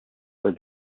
were